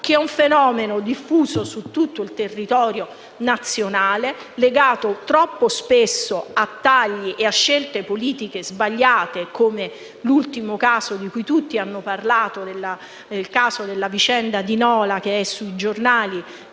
che è un fenomeno diffuso su tutto il territorio nazionale, legato troppo spesso a tagli e a scelte politiche sbagliate, come nell'ultimo caso di cui tutti hanno parlato. Mi riferisco alla vicenda di Nola, che in questi giorni